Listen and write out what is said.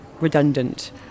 redundant